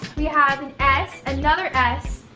we have an s, another s,